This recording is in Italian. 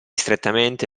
strettamente